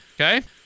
okay